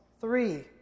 Three